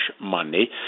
money